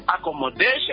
Accommodation